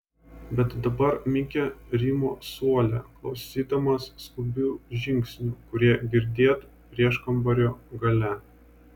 bet dabar mikė rymo suole klausydamas skubių žingsnių kurie girdėt prieškambario gale